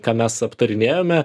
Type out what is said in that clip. ką mes aptarinėjome